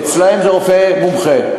אצלם זה רופא מומחה.